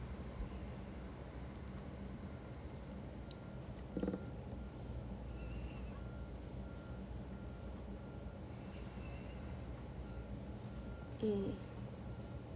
mm mm